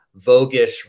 voguish